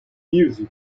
music